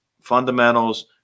fundamentals